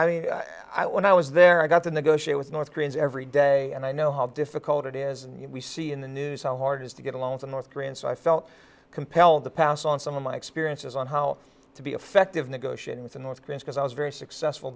i when i was there i got to negotiate with north koreans every day and i know how difficult it is and we see in the news how hard it is to get a loan to north korean so i felt compelled to pass on some of my experiences on how to be effective negotiating with the north koreans because i was very successful